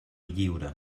lliure